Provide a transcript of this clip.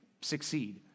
succeed